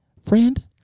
friend